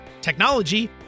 technology